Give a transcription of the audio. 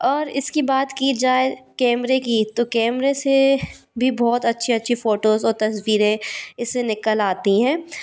और इसकी बात की जाए कैमरे की तो कैमरे से भी बहुत अच्छी अच्छी फोटोज़ और तस्वीरें इस से निकल आती है